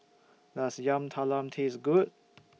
Does Yam Talam Taste Good